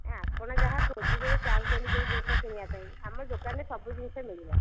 ଆପଣ ଯାହା ଖୋଜିବେ ଚାହୁଁଛନ୍ତି ଯେଉଁ ଜିନିଷ କିଣିବା ପାଇଁ ଆମ ଦୋକାନ ରେ ସବୁ ଜିନିଷ ମିଳିବ